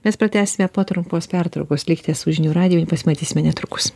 mes pratęsime po trumpos pertraukos likite su žinių radiju pasimatysime netrukus